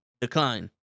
Decline